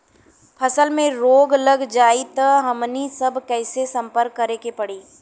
फसल में रोग लग जाई त हमनी सब कैसे संपर्क करें के पड़ी?